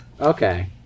Okay